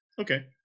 Okay